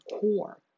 core